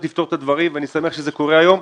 לפתור את הדברים ואני שמח שזה קורה היום.